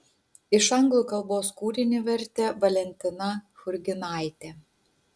iš anglų kalbos kūrinį vertė valentina churginaitė